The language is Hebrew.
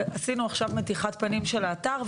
עשינו עכשיו מתיחת פנים של האתר,